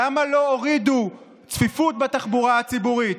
למה לא הורידו צפיפות בתחבורה הציבורית?